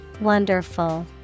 Wonderful